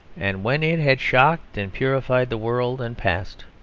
and when it had shocked and purified the world and passed,